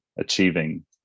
achieving